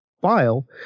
file